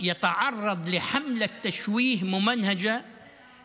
לא ייתכן כמה הם עיוותו את החודש המבורך הזה.